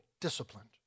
Disciplined